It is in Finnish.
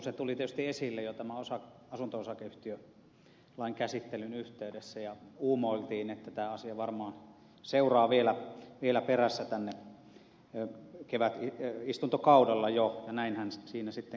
se tuli tietysti esille jo tämän asunto osakeyhtiölain käsittelyn yhteydessä ja uumoiltiin että tämä asia varmaan seuraa vielä perässä tänne jo kevätistuntokaudella ja näinhän siinä sitten kävi